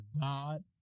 God